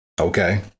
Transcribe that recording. Okay